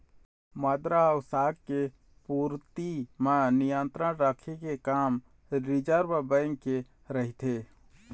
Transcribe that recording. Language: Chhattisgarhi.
मद्रा अउ शाख के पूरति म नियंत्रन रखे के काम रिर्जव बेंक के रहिथे